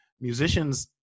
musicians